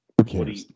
Okay